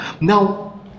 Now